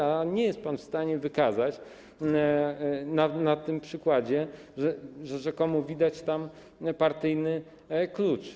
A nie jest pan w stanie wykazać na tym przykładzie, że - rzekomo - widać tam partyjny klucz.